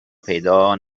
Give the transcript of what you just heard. پیدا